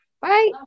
Bye